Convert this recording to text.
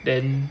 then